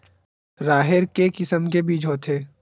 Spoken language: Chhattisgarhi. राहेर के किसम के बीज होथे?